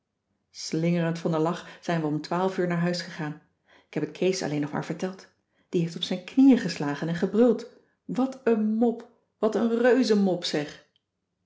slingerend van den lach zijn we om twaalf uur naar huis gegaan ik heb t kees alleen nog maar verteld die heeft op zijn knieën geslagen en gebruld wat een mop wat een reuze mop zeg